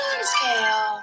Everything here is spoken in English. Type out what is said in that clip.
scale